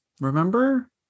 remember